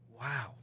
Wow